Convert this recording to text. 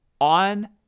on